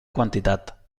quantitat